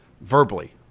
verbally